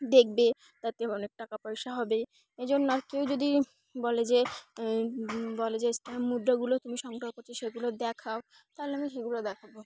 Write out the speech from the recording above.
দেখবে তাতে অনেক টাকা পয়সা হবে এই জন্য আর কেউ যদি বলে যে বলে যে মুদ্রাগুলো তুমি সংগ্রহ করছি সেগুলো দেখাও তাহলে আমি সেগুলো দেখাবো